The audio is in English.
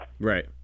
Right